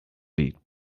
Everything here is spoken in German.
liegt